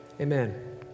Amen